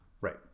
Right